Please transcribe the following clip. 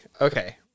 okay